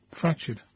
fractured